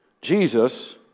Jesus